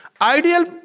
ideal